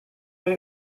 new